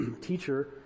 teacher